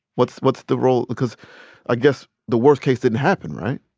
what's what's the role? because i guess the worst case didn't happen, right?